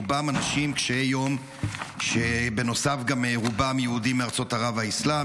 רובם אנשים קשי-יום ובנוסף גם רובם יהודים מארצות ערב והאסלאם,